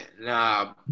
nah